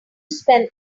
spend